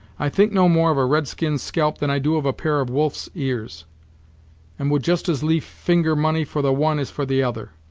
i think no more of a red-skin's scalp than i do of a pair of wolf's ears and would just as lief finger money for the one as for the other.